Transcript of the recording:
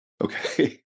Okay